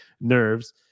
nerves